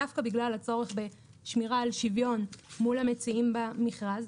דווקא בגלל הצורך בשמירה על שוויון מול המציעים במכרז,